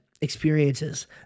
experiences